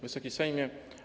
Wysoki Sejmie!